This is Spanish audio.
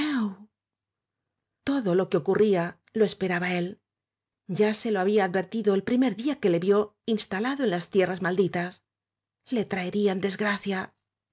todo lo que oculo rría esperaba él ya se lo había v advertido el primer día que le vió instala do en las tierras maldi tas le traerían desgracia